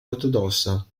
ortodossa